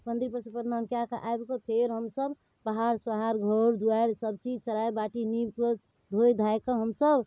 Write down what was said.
मन्दिरपरसँ प्रणाम कऽ कऽ आबिकऽ फेर हमसभ बहारि सोहारि घर दुआरि सबचीज सराइ बाटी निपि धोइ धाइके हमसभ